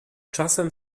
czasem